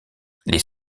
les